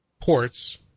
ports